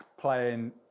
playing